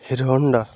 Hero Honda